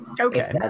Okay